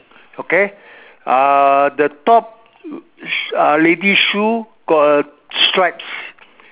okay uh the top uh lady shoe got a stripes